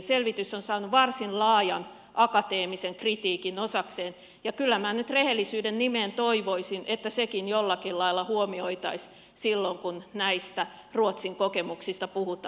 selvitys on saanut varsin laajan akateemisen kritiikin osakseen ja kyllä minä nyt rehellisyyden nimessä toivoisin että sekin jollakin lailla huomioitaisiin silloin kun näistä ruotsin kokemuksista puhutaan